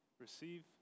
receive